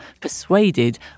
persuaded